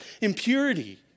impurity